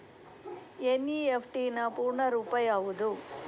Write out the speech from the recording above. NEFT ನ ಪೂರ್ಣ ರೂಪ ಯಾವುದು?